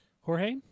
jorge